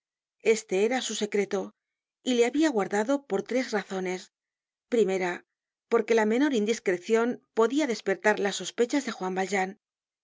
este era su secreto y le habia guardado por tres razones primera porque la menor indiscrecion podia despertar las sospechas de juan vajean